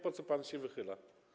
Po co pan się wychyla.